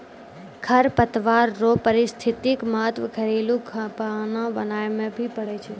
खरपतवार रो पारिस्थितिक महत्व घरेलू खाना बनाय मे भी पड़ै छै